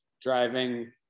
driving